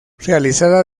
realizada